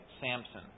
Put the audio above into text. Samson